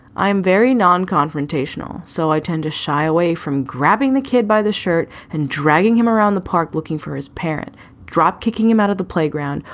i'm very non-confrontational, so i tend to shy away from grabbing the kid by the shirt and dragging him around the park looking for his parent drop, kicking him out of the playground,